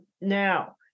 Now